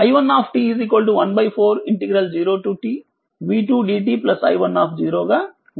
i1 14 0tv2 dt i1 గాఉంటుంది